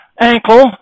ankle